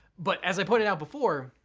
but as i pointed out before,